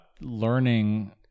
learning